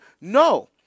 No